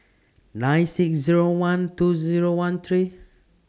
nine six Zero one two Zero one three